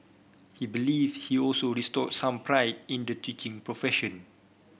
he believe he also restored some pride in the teaching profession